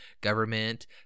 government